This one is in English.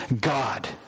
God